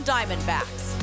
Diamondbacks